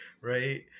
right